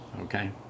okay